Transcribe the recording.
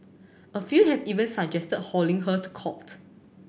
a few have even suggested hauling her to court